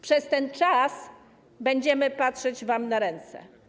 Przez ten czas będziemy patrzeć wam na ręce.